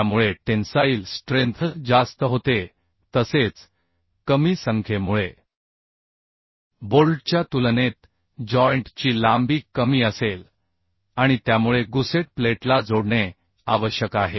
त्यामुळे tensile strength जास्त होते तसेच कमी संख्येमुळे बोल्टच्या तुलनेत जॉइंट ची लांबी कमी असेल आणि त्यामुळे गुसेट प्लेटला जोडणे आवश्यक आहे